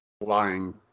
lying